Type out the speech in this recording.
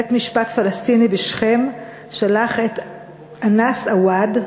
בית-משפט פלסטיני בשכם שלח את אנאס עוואד,